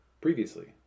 previously